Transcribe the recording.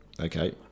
Okay